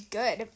good